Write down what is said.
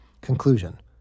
Conclusion